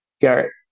Garrett